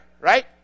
right